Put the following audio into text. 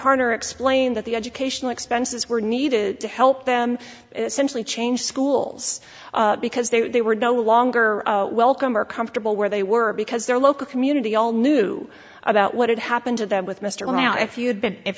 harner explained that the educational expenses were needed to help them essentially change schools because they were no longer welcome or comfortable where they were because their local community all knew about what had happened to them with mr now if you had been if